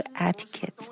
etiquette